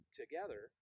together